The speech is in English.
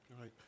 right